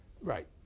Right